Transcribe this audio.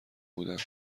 بودند